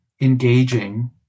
engaging